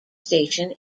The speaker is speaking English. station